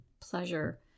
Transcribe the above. pleasure